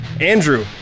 Andrew